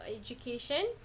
education